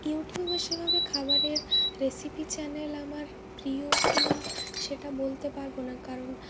ইউটিউবে সেভাবে খাবারের রেসিপি চ্যানেল আমার প্রিয় কিনা সেটা বলতে পারব না কারণ